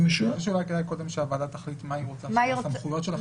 כדאי שקודם הוועדה תחליט מה היא רוצה בסמכויות של החשב הכללי.